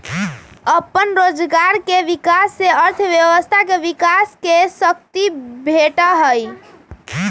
अप्पन रोजगार के विकास से अर्थव्यवस्था के विकास के शक्ती भेटहइ